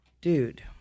Dude